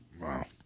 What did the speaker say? Wow